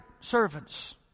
servants